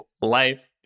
life